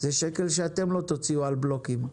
זה שקל שאתם לא תוציאו על בלוקים.